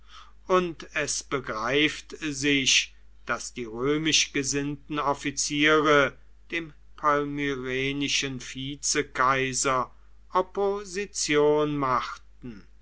und es begreift sich daß die römisch gesinnten offiziere dem palmyrenischen vizekaiser opposition machten